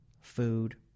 food